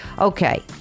okay